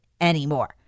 anymore